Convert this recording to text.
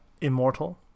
Immortal